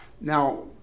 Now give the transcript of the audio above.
Now